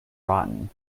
rotten